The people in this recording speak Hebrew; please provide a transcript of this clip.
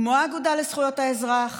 כמו האגודה לזכויות האזרח